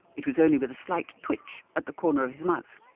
it was only with a slight twitch at the corner of his mouth.